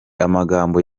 amagambo